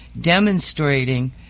demonstrating